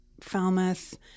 Falmouth